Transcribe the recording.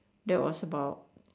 that was about